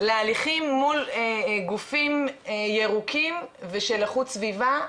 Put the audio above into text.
להליכים מול גופים ירוקים ושל איכות סביבה,